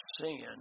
sin